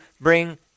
bring